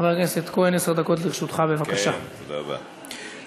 חבר הכנסת אלי אלאלוף וחבר הכנסת יואב בן צור מבקשים לצרף את הצבעתם,